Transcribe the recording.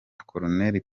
koloneli